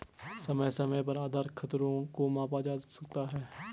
समय समय पर आधार खतरों को मापा जा सकता है